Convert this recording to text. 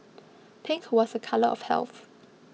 pink was a colour of health